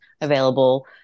available